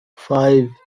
five